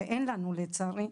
שאין לנו לצערי,